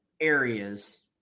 areas